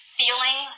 feeling